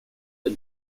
the